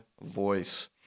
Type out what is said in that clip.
voice